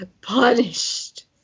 punished